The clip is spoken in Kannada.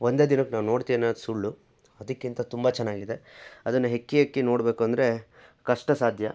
ಒಂದೇ ದಿನಕ್ಕೆ ನಾವು ನೋಡ್ತಿವಿ ಅನ್ನೋದು ಸುಳ್ಳು ಅದಕ್ಕಿಂತ ತುಂಬ ಚೆನ್ನಾಗಿದೆ ಅದನ್ನು ಹೆಕ್ಕಿ ಹೆಕ್ಕಿ ನೋಡಬೇಕು ಅಂದರೆ ಕಷ್ಟ ಸಾಧ್ಯ